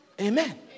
Amen